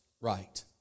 right